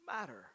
matter